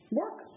work